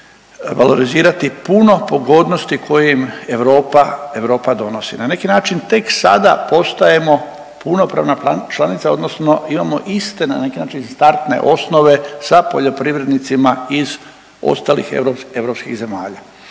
valorizirati puno pogodnosti koje im Europa donosi. Na neki način, tek sada postajemo punopravna članica, odnosno imamo iste, na neki način startne osnove sa poljoprivrednicima iz ostalih EU zemalja.